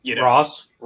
Ross